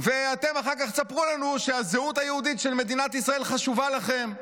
ואתם אחר כך תספרו לנו שהזהות היהודית של מדינת ישראל חשובה לכם.